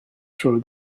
through